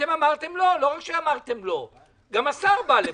אמרתם לא, לא רק שאמרתם לא, גם השר בא לפה.